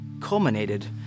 culminated